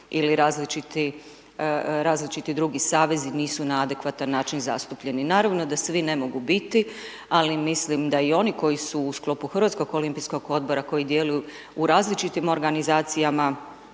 ili različiti drugi savezi nisu na adekvatan način zastupljeni. Naravno, da svi ne mogu biti, ali mislim da i oni koji su u sklopu Hrvatskog olimpijskog odbora koji djeluju u različitim organizacijama